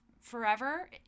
forever